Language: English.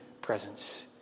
presence